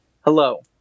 Hello